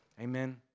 Amen